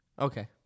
Okay